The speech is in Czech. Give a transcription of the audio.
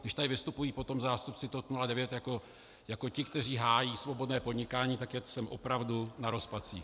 Když tady vystupují potom zástupci TOP 09 jako ti, kteří hájí svobodné podnikání, tak jsem opravdu na rozpacích.